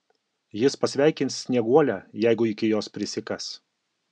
jis pasveikins snieguolę jeigu iki jos prisikas